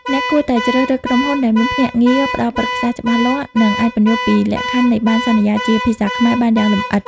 អ្នកគួរតែជ្រើសរើសក្រុមហ៊ុនដែលមាន ភ្នាក់ងារផ្ដល់ប្រឹក្សា ច្បាស់លាស់ និងអាចពន្យល់ពីលក្ខខណ្ឌនៃបណ្ណសន្យាជាភាសាខ្មែរបានយ៉ាងលម្អិត។